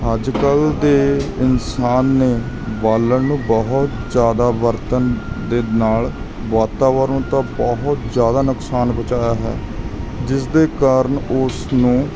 ਅੱਜ ਕੱਲ੍ਹ ਦੇ ਇਨਸਾਨ ਨੇ ਬਾਲਣ ਨੂੰ ਬਹੁਤ ਜ਼ਿਆਦਾ ਵਰਤਣ ਦੇ ਨਾਲ ਵਾਤਾਵਰਨ ਤਾਂ ਬਹੁਤ ਜ਼ਿਆਦਾ ਨੁਕਸਾਨ ਪਹੁੰਚਾਇਆ ਹੈ ਜਿਸ ਦੇ ਕਾਰਨ ਉਸ ਨੂੰ